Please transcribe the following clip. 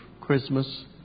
Christmas